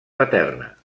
paterna